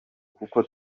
kuko